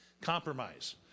Compromise